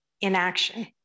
inaction